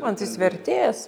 man tai jis vertėjas